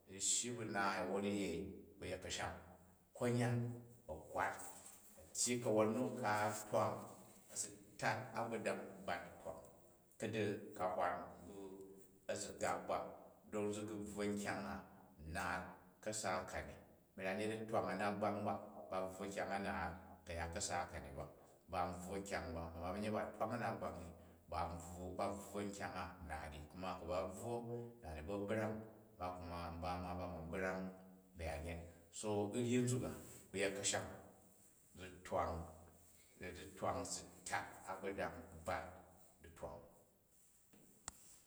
Zi ni shyi bu naai wwon n yei, ku yet kəsham konyam a̱ kiran, a tyyi kawon nu ka twang a̱ si tat agbodang bat ditwang u. Ku̱ du̱ ka hvan bu̱ a̱ziqak rot ziqu bvwon nkyang a naat u̱ ka̱sa ka n. Ba̱yanyet a̱ twang, a mat gbang ba, ba bvwo kyang a naat kayat ka̱sa ka ni ba, ba n bvwo kyang, amma ba̱nyet ba a̱ twang a̱ nat gbang ni, ba bvwo nkyang a naat ni, kuma ku ba bvwo na̱ni ba̱ brang, ba̱ ma, mba ma ba ma brang ba̱yanyet. So u̱ ryi nzuk a ku yet ka̱sham zi twang, se zi twang si tat a gbodang bat ditwang u